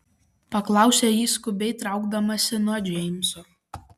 paklausė ji skubiai traukdamasi nuo džeimso